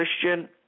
Christian